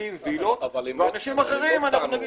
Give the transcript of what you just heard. להקים וילות ולאנשים אחרים לא.